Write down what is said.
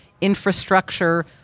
infrastructure